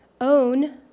own